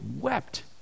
wept